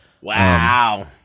Wow